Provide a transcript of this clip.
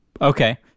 Okay